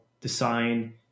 design